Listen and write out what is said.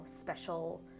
special